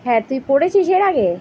হ্যাঁ তুই পড়েছিস এর আগে